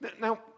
Now